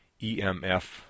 EMF